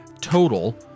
total